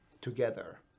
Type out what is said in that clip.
together